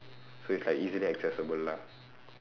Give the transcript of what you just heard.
so it's like easily accessible lah